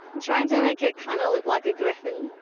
and trying to make it kinda look like a griffon